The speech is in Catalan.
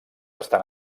estan